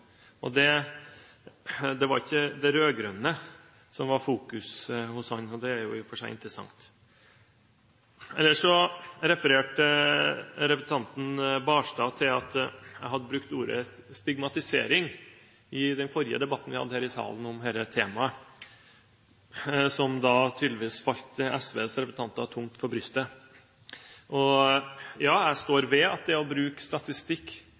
venstresidens kamp. Det var ikke det rød-grønne som var fokus hos ham, og det er jo i og for seg interessant. Ellers refererte representanten Knutson Barstad til at vi hadde brukt ordet «stigmatisering» i den forrige debatten vi hadde her i salen om dette temaet, som tydelig falt SVs representanter tungt for brystet. Ja, jeg står ved at det å bruke statistikk